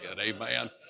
amen